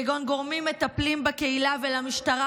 כגון גורמים מטפלים בקהילה והמשטרה,